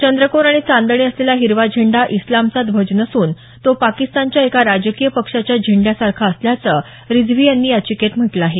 चंद्रकोर आणि चांदणी असलेला हिरवा झेंडा इस्लामचा ध्वज नसून तो पाकिस्तानच्या एका राजकीय पक्षाच्या झेंड्यासारखा असल्याचं रिझवी यांनी या याचिकेत म्हटलं आहे